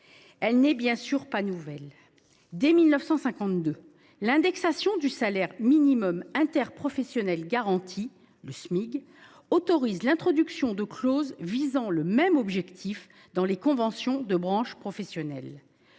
n’est bien sûr pas nouvelle. Dès 1952, l’indexation du salaire minimum interprofessionnel garanti, le Smig, autorise l’introduction de clauses visant le même objectif dans les conventions de branche professionnelle.